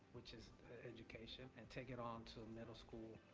which is education, and take it on to the middle school,